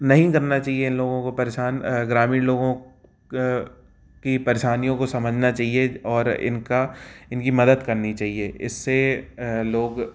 नहीं करना चाहिए इन लोगों को परेशान ग्रामीण लोगों की परेशानियों को समझना चाहिए और इनका इनकी मदद करनी चाहिए इससे लोग